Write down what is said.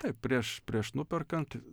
taip prieš prieš nuperkant